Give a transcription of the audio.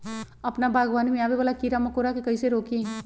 अपना बागवानी में आबे वाला किरा मकोरा के कईसे रोकी?